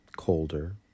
colder